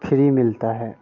free मिलता है